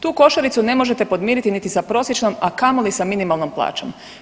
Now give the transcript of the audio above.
Tu košaricu ne možete podmiriti niti sa prosječnom, a kamoli sa minimalnom plaćom.